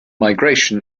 migration